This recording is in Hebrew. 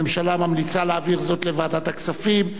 הממשלה ממליצה להעביר זאת לוועדת הכספים,